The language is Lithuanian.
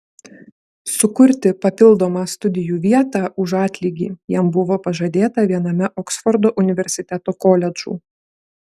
sukurti papildomą studijų vietą už atlygį jam buvo pažadėta viename oksfordo universiteto koledžų